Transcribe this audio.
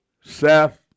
Seth